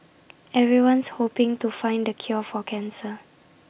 everyone's hoping to find the cure for cancer